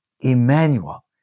Emmanuel